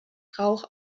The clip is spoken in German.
rauch